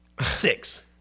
Six